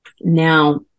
now